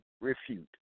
refute